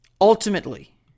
ultimately